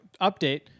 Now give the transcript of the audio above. Update